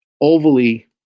overly